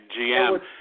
GM